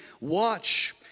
watch